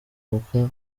kuko